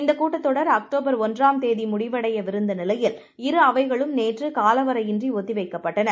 இந்தகூட்டத்தொடர் அக்டோபர்ஒன்றாம்தேதிமுடிவடையவிருந்தநிலையில் இருஅவைகளும்நேற்றுகாலவரையின்றிஒத்திவைக்கப்ப ட்டன